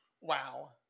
Wow